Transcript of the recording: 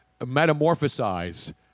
metamorphosize